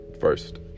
first